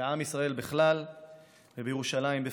בעם ישראל בכלל ובירושלים בפרט.